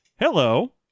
Hello